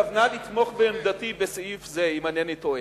התכוונה לתמוך בעמדתי בסעיף זה, אם אינני טועה.